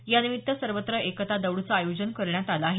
यानिमित्त सर्वत्र एकता दौडचं आयोजन करण्यात आलं आहे